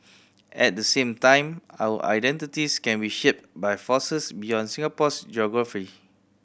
at the same time our identities can be shaped by forces beyond Singapore's geography